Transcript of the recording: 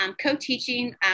Co-teaching